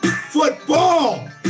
football